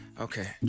okay